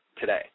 today